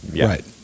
Right